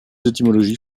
étymologies